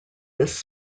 this